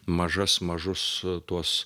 mažas mažus tuos